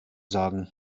sagen